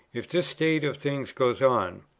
if this state of things goes on,